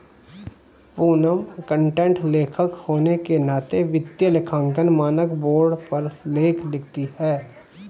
Poonam content लेखक होने के नाते वित्तीय लेखांकन मानक बोर्ड पर लेख लिखती है